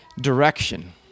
direction